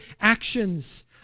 actions